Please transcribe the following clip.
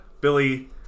Billy